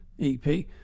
EP